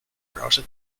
browser